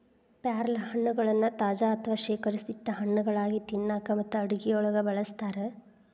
ಪ್ಯಾರಲಹಣ್ಣಗಳನ್ನ ತಾಜಾ ಅಥವಾ ಶೇಖರಿಸಿಟ್ಟ ಹಣ್ಣುಗಳಾಗಿ ತಿನ್ನಾಕ ಮತ್ತು ಅಡುಗೆಯೊಳಗ ಬಳಸ್ತಾರ